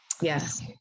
yes